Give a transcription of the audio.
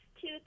two